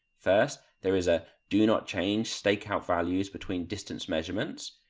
first there is ah do not change stakeout values between distance measurements,